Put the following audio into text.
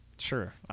Sure